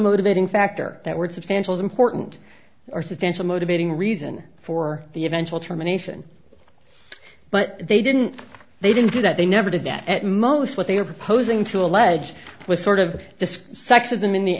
motivating factor that word substantial is important or substantial motivating reason for the eventual termination but they didn't they didn't do that they never did that at most what they were proposing to allege was sort of the sexism in the